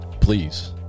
please